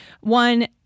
One